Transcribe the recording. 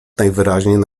najwyraźniej